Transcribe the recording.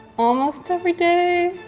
almost every day.